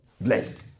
blessed